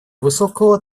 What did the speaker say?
высоко